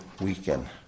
weekend